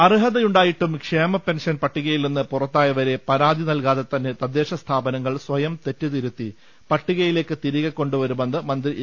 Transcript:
അർഹതയുണ്ടായിട്ടും ക്ഷേമപെൻഷൻ പട്ടികയിൽ നിന്ന് പുറ ത്തായവരെ പരാതി നൽകാതെ തന്നെ തദ്ദേശസ്ഥാപനങ്ങൾ സ്വയം തെറ്റ് തിരുത്തി പട്ടികയിലേക്ക് തിരികെ കൊണ്ടുവരുമെന്ന് മന്ത്രി എ